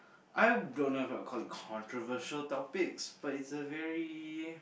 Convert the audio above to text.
I don't know if I'll call it controversial topics but it's a very